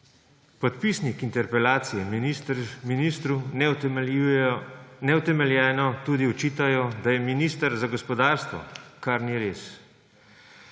Podpisniki interpelacije ministru neutemeljeno očitajo tudi, da je minister za gospodarstvo, kar ni res,